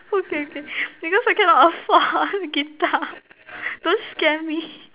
okay okay because I cannot afford guitar don't scare me